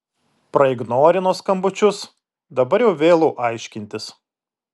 praignorino skambučius dabar jau vėlu aiškintis